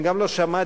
גם לא שמעתי,